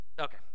Okay